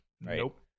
Nope